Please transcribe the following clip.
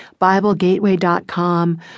BibleGateway.com